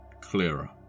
clearer